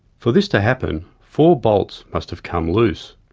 for this to happen, four bolts must have come loose.